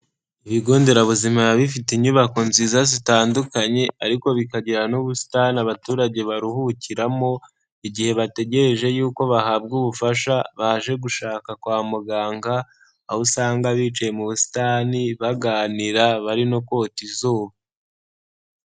Ibigo nderabuzima biba bifite inyubako nziza zitandukanye, ariko bikagira n'ubusitani abaturage baruhukiramo, igihe bategereje yuko bahabwa ubufasha baje gushaka kwa muganga, aho usanga bicaye mu busitani baganira bari no kota izuba.